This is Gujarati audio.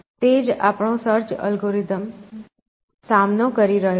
તે જ આપણો સર્ચ એલ્ગોરિધમ તે જ સામનો કરી રહ્યો છે